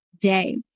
day